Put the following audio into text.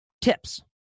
Tips